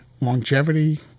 longevity